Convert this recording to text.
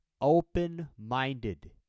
Open-minded